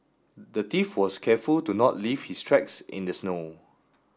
the thief was careful to not leave his tracks in the snow